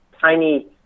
tiny